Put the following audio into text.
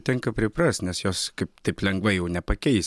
tenka priprast nes jos kaip taip lengvai jau nepakeisi